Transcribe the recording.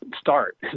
start